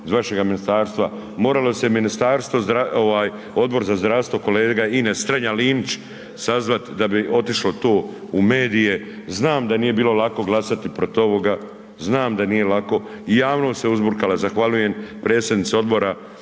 iz vašega ministarstvo, moralo se Odbor za zdravstvo, kolega Ines Strenja Linić sazvat da bi otišlo to u medije, znamo da nije bilo lako glasati protiv ovoga, znam da nije lako, javnost se uzburkala, zahvaljujem predsjednici odbora